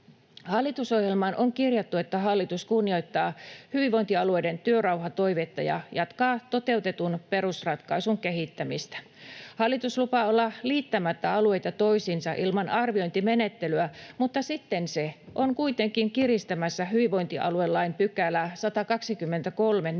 Hallitusohjelmaan on kirjattu, että hallitus kunnioittaa hyvinvointialueiden työrauhatoivetta ja jatkaa toteutetun perusratkaisun kehittämistä. Hallitus lupaa olla liittämättä alueita toisiinsa ilman arviointimenettelyä, mutta sitten se on kuitenkin kiristämässä hyvinvointialuelain 123